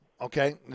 Okay